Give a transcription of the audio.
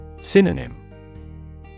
Synonym